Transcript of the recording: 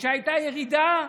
כשהייתה ירידה,